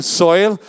soil